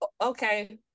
okay